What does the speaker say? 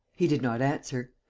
he did not answer.